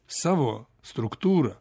savo struktūrą